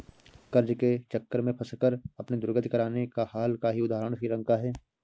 कर्ज के चक्र में फंसकर अपनी दुर्गति कराने का हाल का ही उदाहरण श्रीलंका है